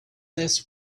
this